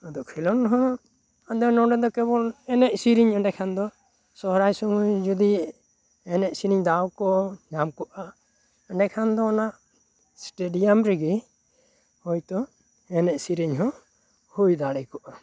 ᱟᱫᱚ ᱠᱷᱮᱞᱳᱸᱰ ᱦᱚᱸ ᱟᱫᱚ ᱱᱚᱰᱮ ᱫᱚ ᱠᱮᱵᱚᱞ ᱮᱱᱮᱡ ᱥᱮᱨᱮᱧ ᱮᱸᱰᱮ ᱠᱷᱟᱱ ᱫᱚ ᱥᱚᱦᱨᱟᱭ ᱥᱩᱢᱟᱹᱭ ᱡᱩᱫᱤ ᱮᱱᱮᱡ ᱥᱮᱨᱮᱧ ᱫᱟᱣ ᱠᱚ ᱧᱟᱢ ᱠᱚᱜᱼᱟ ᱮᱸᱰᱮ ᱠᱷᱟᱱ ᱫᱚ ᱚᱱᱟ ᱥᱴᱮᱰᱤᱭᱟᱢ ᱨᱮᱜᱮ ᱦᱳᱭ ᱛᱚ ᱮᱱᱮᱡ ᱥᱮᱨᱮᱧ ᱦᱚᱸ ᱦᱩᱭ ᱫᱟᱲᱮ ᱠᱚᱜᱼᱟ